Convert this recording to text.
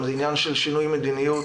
זה עניין של שינוי מדיניות.